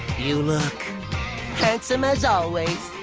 you look handsome as always!